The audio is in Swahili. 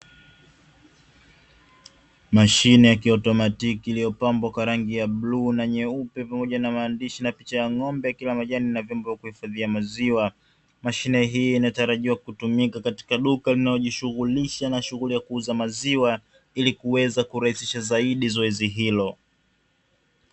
Mashine ya kiautomatiki iliyopambwa kwa rangi ya bluu na nyeupe pamoja na maandishi na picha ya ng'ombe wakila majani na vyombo vya kuhifadhia maziwa, mashine hii inatarajiwa kutumika katika duka linalojishughulisha na shughuli ya kuuza maziwa ili kuweza kurahisisha zaidi zoezi hilo.